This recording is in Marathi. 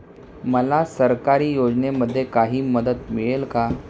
मला सरकारी योजनेमध्ये काही मदत मिळेल का?